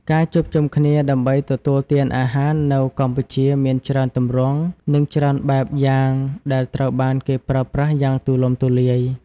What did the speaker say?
ការជួបជុំគ្នាដើម្បីទទួលទានអាហារនៅកម្ពុជាមានច្រើនទម្រង់និងច្រើនបែបយ៉ាងដែលត្រូវបានគេប្រើប្រាស់យ៉ាងទូលំទូលាយ។